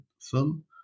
film